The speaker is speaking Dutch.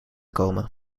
komen